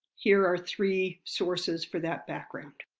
here are three sources for that background.